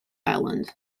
island